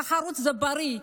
תחרות זה בריא.